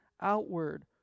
outward